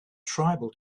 tribal